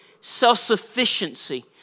self-sufficiency